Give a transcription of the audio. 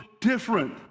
different